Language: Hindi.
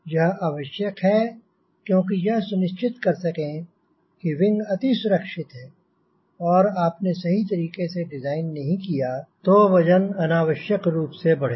यह आवश्यक है क्योंकि यह सुनिश्चित कर सकें कि विंग अति सुरक्षित है और अगर आपने सही तरीके से डिज़ाइन नहीं किया तो वजन अनावश्यक रूप से बढ़ेगा